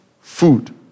food